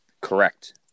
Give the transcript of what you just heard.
Correct